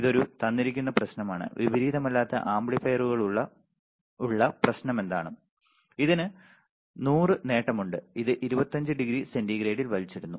ഇതൊരു തന്നിരിക്കുന്ന പ്രശ്നമാണ് വിപരീതമല്ലാത്ത ആംപ്ലിഫയറിനുള്ള പ്രശ്നമെന്താണ് ഇതിന് 100 നേട്ടമുണ്ട് അത് 25 ഡിഗ്രി സെന്റിഗ്രേഡിൽ വലിച്ചിടുന്നു